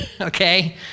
okay